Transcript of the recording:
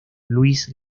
luis